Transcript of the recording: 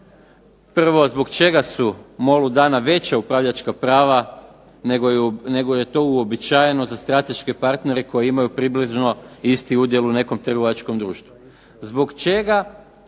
prvo zbog čega su MOL-u dana veća upravljačka prava nego je to uobičajeno za strateške partnere koji imaju približno isti udjel u nekom trgovačkom društvu?